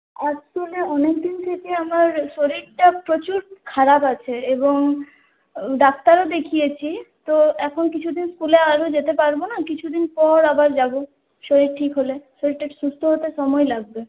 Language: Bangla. অ্যাকচুয়ালি অনেকদিন থেকে আমার শরীরটা প্রচুর খারাপ আছে এবং ডাক্তারও দেখিয়েছি তো এখন কিছুদিন স্কুলে আরও যেতে পারব না কিছুদিন পর আবার যাব শরীর ঠিক হলে শরীরটা সুস্থ হতে সময় লাগবে